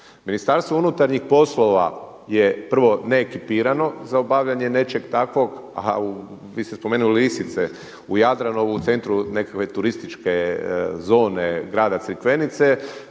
na tom području. MUP je prvo neekipirano za obavljanje nečeg takvog, a vi ste spomenuli lisice u Jadranovu u centru nekakve turističke zone grada Crikvenice,